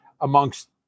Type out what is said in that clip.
amongst